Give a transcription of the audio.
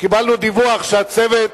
קיבלנו דיווח שהצוות